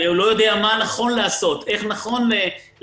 הוא לא יודע מה נכון לעשות, איך נכון לתת.